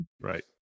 Right